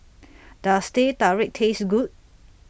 Does Teh Tarik Taste Good